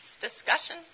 discussion